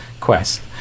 quest